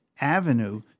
avenue